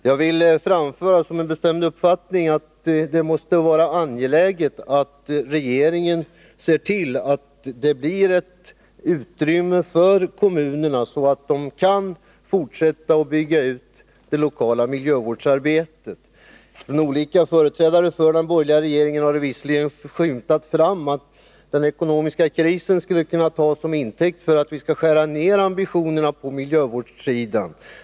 Jag vill framföra som en bestämd uppfattning att det är angeläget att regeringen ser till att det blir ett utrymme för kommunerna, så att de kan fortsätta att bygga ut det lokala miljövårdsarbetet. Olika företrädare för den borgerliga regeringen har visserligen låtit framskymta att den ekonomiska krisen skulle kunna tas till intäkt för att skära ner ambitionerna på miljövårdssidan.